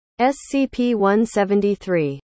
SCP-173